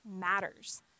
matters